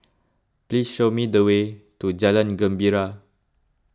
please show me the way to Jalan Gembira